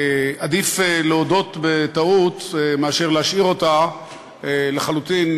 עדיף להודות בטעות מאשר להשאיר אותה לחלוטין,